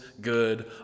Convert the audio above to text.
good